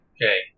Okay